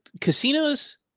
Casinos